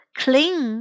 clean